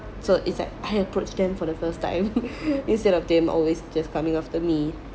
so it's like I approach them for the first time instead of them always just coming after me